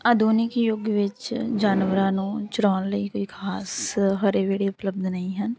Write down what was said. ਆਧੁਨਿਕ ਯੁੱਗ ਵਿੱਚ ਜਾਨਵਰਾਂ ਨੂੰ ਚਰਾਉਣ ਲਈ ਕੋਈ ਖ਼ਾਸ ਹਰੇ ਉਪਲੱਬਧ ਨਹੀਂ ਹਨ